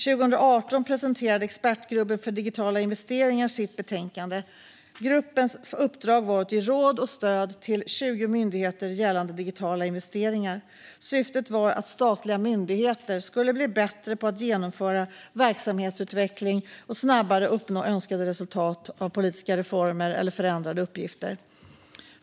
År 2018 presenterade Expertgruppen för digitala investeringar sitt betänkande. Gruppens uppdrag var att ge råd och stöd till 20 myndigheter gällande digitala investeringar. Syftet var att statliga myndigheter skulle bli bättre på att genomföra verksamhetsutveckling och snabbare uppnå önskade resultat av politiska reformer eller förändrade uppgifter.